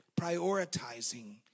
prioritizing